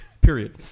Period